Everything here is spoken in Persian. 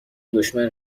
دشمن